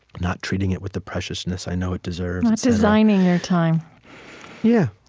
not treating it with the preciousness i know it deserves, not designing your time yeah.